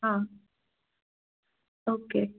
ஆ okay